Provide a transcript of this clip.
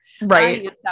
right